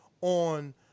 on